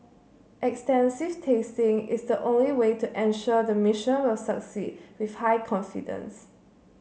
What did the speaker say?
extensive testing is the only way to ensure the mission will succeed with high confidence